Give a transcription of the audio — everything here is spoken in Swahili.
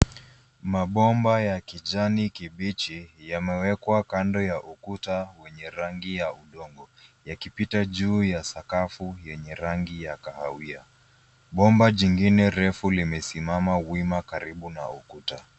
Mabomba ya kijani kibichi, yamewekwa kando ya ukuta wenye rangi ya udongo, yakipita juu ya sakafu yenye rangi ya kahawia. Bomba jingine refu limesimama wima karibu na ukuta.